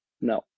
No